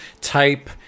type